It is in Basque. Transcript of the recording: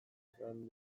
izan